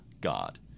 God